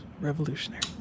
Revolutionary